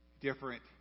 different